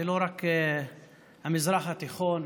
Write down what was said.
לא רק במזרח התיכון,